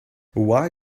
why